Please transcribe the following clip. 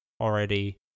already